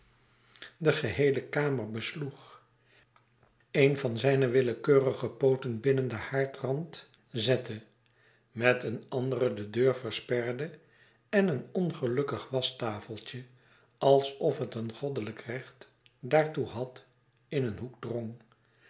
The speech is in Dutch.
de geheele geoote verwachtingen kamer besloeg een van zijne willekeurige pooten binnen den haardrand zette met een anderen de deur versperde en een ongelukkig waschtafeltje alsof het een goddelijk recht daartoe had in een hoek drong